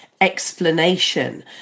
explanation